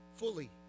fully